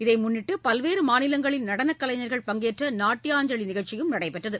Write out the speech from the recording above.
இதை முன்னிட்டு பல்வேறு மாநிலங்களின் நடனக் கலைஞர்கள் பங்கேற்ற நாட்டியாஞ்சலி நிகழ்ச்சியும் நடைபெற்றது